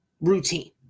routine